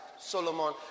solomon